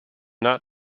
not